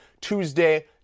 Tuesday